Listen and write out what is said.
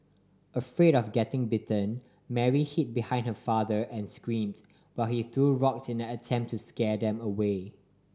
afraid of getting bitten Mary hid behind her father and screamed while he threw rocks in an attempt to scare them away